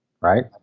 Right